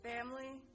Family